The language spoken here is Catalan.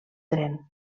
tren